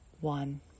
one